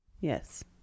Yes